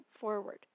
forward